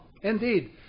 Indeed